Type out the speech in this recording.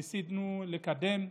ניסינו לקדם,